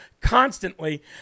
constantly